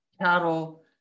cattle